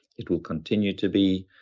it will continue to be.